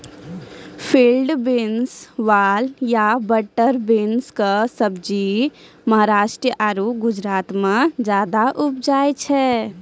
field beans, वाल या butter bean कॅ सब्जी महाराष्ट्र आरो गुजरात मॅ ज्यादा उपजावे छै